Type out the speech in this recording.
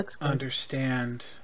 understand